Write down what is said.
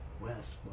West